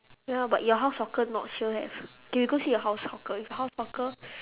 ya but your house hawker not sure have K we go see your house hawker if your house hawker